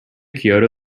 kyoto